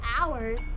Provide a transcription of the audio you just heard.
hours